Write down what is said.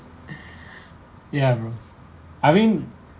ya bro I mean